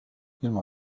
ilma